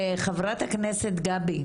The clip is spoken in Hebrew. חברת הכנסת גבי.